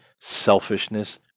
selfishness